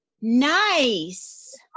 nice